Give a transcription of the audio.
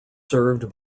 served